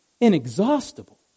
inexhaustible